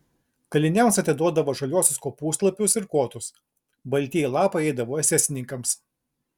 kaliniams atiduodavo žaliuosius kopūstlapius ir kotus baltieji lapai eidavo esesininkams